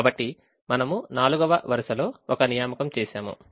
కాబట్టి మనము 4వ వరుసలో ఒక నియామకం చేసాము